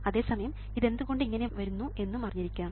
അതേസമയം ഇത് എന്തുകൊണ്ട് ഇങ്ങനെ വരുന്നു എന്നും അറിഞ്ഞിരിക്കണം